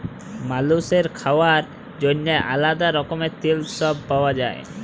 মালুসের খাওয়ার জন্যেহে আলাদা রকমের তেল সব পাওয়া যায়